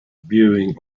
viewing